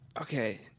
okay